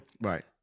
Right